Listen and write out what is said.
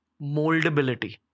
moldability